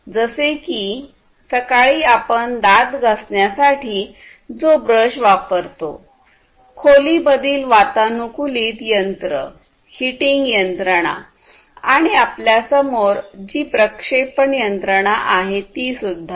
जसे की सकाळी आपण दात घासण्यासाठी जो ब्रश वापरतो खोली मधील वातानुकूलित यंत्रहीटिंग यंत्रणा आणि आपल्यासमोर जी प्रक्षेपण यंत्रणा आहे तीसुद्धा